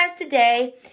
today